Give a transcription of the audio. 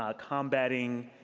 ah combat being